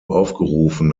aufgerufen